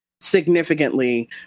significantly